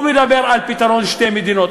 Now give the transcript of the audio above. הוא מדבר על פתרון של שתי מדינות,